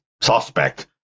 suspect